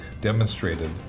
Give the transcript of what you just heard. demonstrated